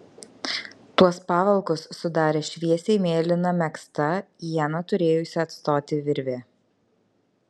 tuos pavalkus sudarė šviesiai mėlyna megzta ieną turėjusi atstoti virvė